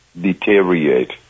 deteriorate